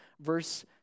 verse